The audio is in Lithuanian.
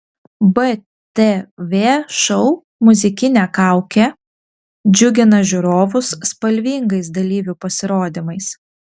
btv šou muzikinė kaukė džiugina žiūrovus spalvingais dalyvių pasirodymais